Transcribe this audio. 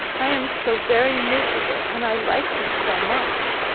i am so very miserable, and i like you so much!